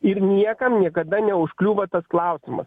ir niekam niekada neužkliūva tas klausimas